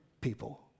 people